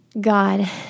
God